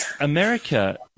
America